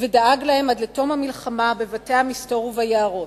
ודאג להם עד לתום המלחמה בבתי המסתור ובעיירות,